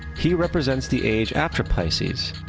he represents the age after pisces,